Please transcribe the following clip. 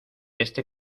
este